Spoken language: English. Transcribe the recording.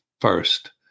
first